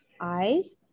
eyes